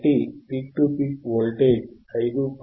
కాబట్టి peak to peak voltage 5